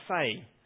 say